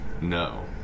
No